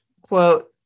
quote